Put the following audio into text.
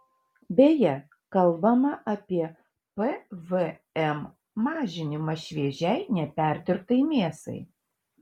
beje kalbama apie pvm mažinimą šviežiai neperdirbtai mėsai